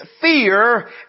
fear